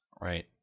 Right